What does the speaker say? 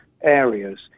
areas